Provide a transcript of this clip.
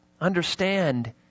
understand